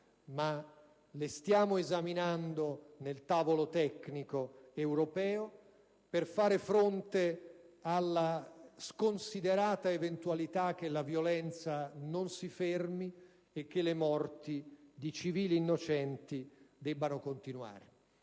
ma le stiamo esaminando nel tavolo tecnico europeo - per fare fronte alla sconsiderata eventualità che la violenza non si fermi e che le morti di civili innocenti continuino.